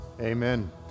Amen